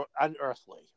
unearthly